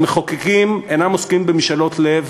אבל מחוקקים אינם עוסקים במשאלות לב